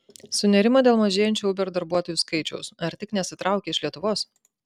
sunerimo dėl mažėjančio uber darbuotojų skaičiaus ar tik nesitraukia iš lietuvos